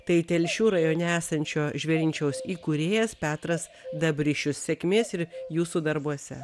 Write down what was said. tai telšių rajone esančio žvėrinčiaus įkūrėjas petras dabrišius sėkmės ir jūsų darbuose